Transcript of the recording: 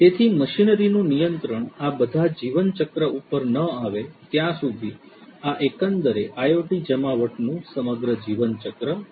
તેથી મશીનરીનું નિયંત્રણ આ બધા જીવનચક્ર ઉપર ન આવે ત્યાં સુધી આ એકંદરે IoT જમાવટનું સમગ્ર જીવનચક્ર છે